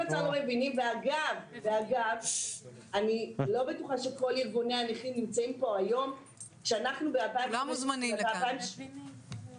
אני מצטרף לגמרי למה שאומרים נציגי משרד האוצר.